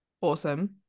Awesome